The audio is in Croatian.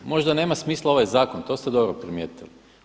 Možda nema smisla ovaj zakon, to ste dobro primijetili.